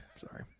Sorry